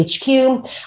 HQ